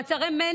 לצערי,